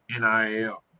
NIL